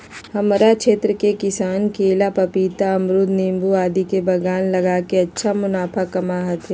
हमरा क्षेत्र के किसान केला, पपीता, अमरूद नींबू आदि के बागान लगा के अच्छा मुनाफा कमा हथीन